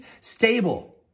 stable